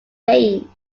rain